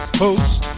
host